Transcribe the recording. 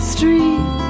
Street